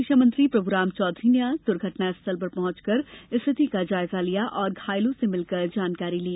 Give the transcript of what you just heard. स्कूली शिक्षा मंत्री प्रभुराम चौधरी आज दुर्घटना स्थल पर पहुंचकर स्थिति का जायजा लिया और घायलों से मिलकर जानकारी ली